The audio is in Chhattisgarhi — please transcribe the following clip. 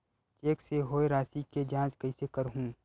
चेक से होए राशि के जांच कइसे करहु?